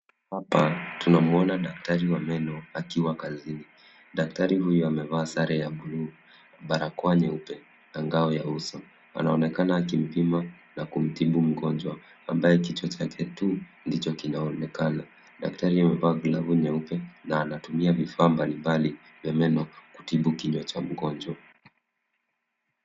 Hapa tunamuona daktari wa meno akiwa kazini. Daktari huyo amevaa sare ya blue , barako nyeupe, na ngao ya uso. Anaonekana akimpima na kumtibu mgonjwa, ambaye kichwa chake tu ndicho kinaonekana. Daktari amevaa glavu nyeupe na anatumia vifaa mbali mbali vya meno, kutibu kinywa cha mgonjwa.